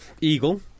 Eagle